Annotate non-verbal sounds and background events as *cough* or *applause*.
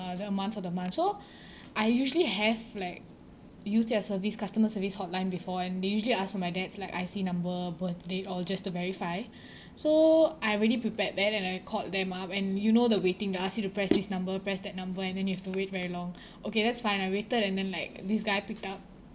the amount for the month so *breath* I usually have like used their service customer service hotline before and they usually ask for my dad's like I_C number birth date all just to verify *breath* so I already prepared that and I called them up and you know the waiting they ask you to press this number press that number and then you have to wait very long *breath* okay that's fine I waited and then like this guy picked up